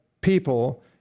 people